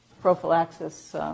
prophylaxis